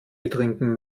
betrinken